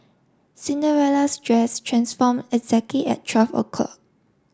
Cinderella's dress transform exactly at twelve o'clock